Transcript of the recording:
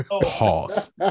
Pause